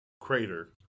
crater